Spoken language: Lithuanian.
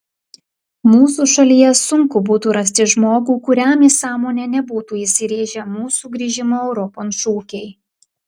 mūsų šalyje sunku būtų rasti žmogų kuriam į sąmonę nebūtų įsirėžę mūsų grįžimo europon šūkiai